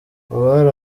abari